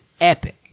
epic